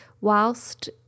whilst